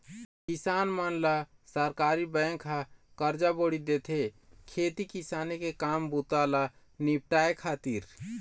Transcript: किसान मन ल सहकारी बेंक ह करजा बोड़ी देथे, खेती किसानी के काम बूता ल निपाटय खातिर